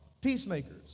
peacemakers